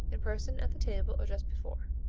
in person at the table or just before.